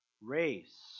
race